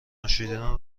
نوشیدن